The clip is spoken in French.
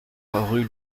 rue